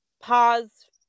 pause